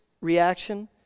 reaction